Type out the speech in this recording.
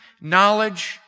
knowledge